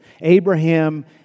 Abraham